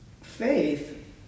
faith